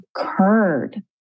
occurred